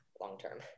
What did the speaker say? long-term